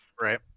Right